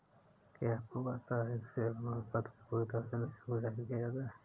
क्या आपको पता है एक शेयर प्रमाणपत्र पूरी तरह से निशुल्क जारी किया जाता है?